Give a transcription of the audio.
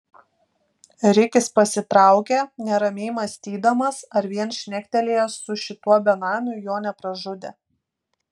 rikis pasitraukė neramiai mąstydamas ar vien šnektelėjęs su šituo benamiu jo nepražudė